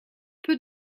peu